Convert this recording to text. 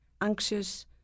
anxious